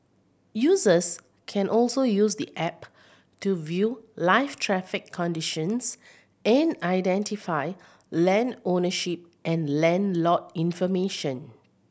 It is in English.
users can also use the app to view live traffic conditions and identify land ownership and land lot information